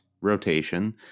rotation